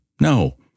no